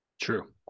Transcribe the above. True